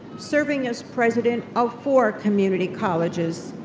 serving as president of four community colleges,